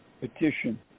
petition